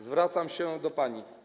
Zwracam się do pani.